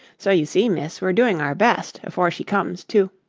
so you see, miss, we're doing our best, afore she comes, to